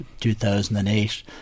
2008